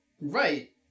Right